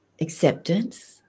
acceptance